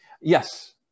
Yes